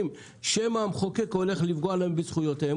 שמא המחוקק הולך לפגוע להם בזכויותיהם,